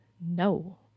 No